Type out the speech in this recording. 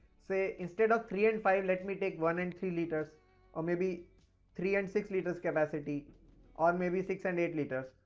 say, instead of three and five, let me take one and litres or may be three and six litres capacity or may be six and eight litres.